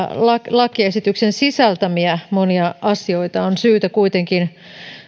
lakiesityksen sisältämiä monia asioita on syytä kuitenkin